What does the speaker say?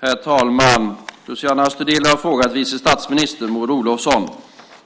Herr talman! Luciano Astudillo har frågat vice statsministern, Maud Olofsson,